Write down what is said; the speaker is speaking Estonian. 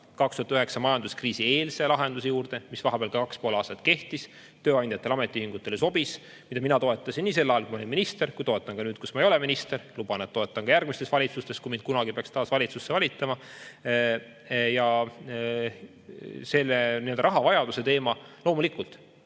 aasta majanduskriisi eelse lahenduse juurde, mis vahepeal kaks ja pool aastat kehtis, tööandjatele ja ametiühingutele sobis, mida mina toetasin nii sel ajal, kui ma olin minister, kui toetan ka nüüd, kui ma ei ole minister, ning luban, et toetan ka järgmistes valitsustes, kui mind kunagi peaks taas valitsusse valitama. See rahavajaduse teema. Loomulikult,